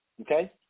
Okay